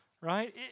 right